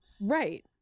Right